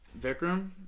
Vikram